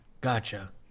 Gotcha